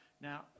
Now